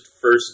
first